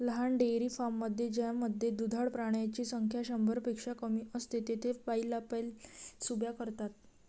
लहान डेअरी फार्ममध्ये ज्यामध्ये दुधाळ प्राण्यांची संख्या शंभरपेक्षा कमी असते, तेथे पाईपलाईन्स उभ्या करतात